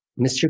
Mr